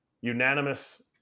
unanimous